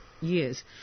years